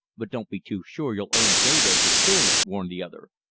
but don't be too sure you'll earn day wages doing it, warned the other.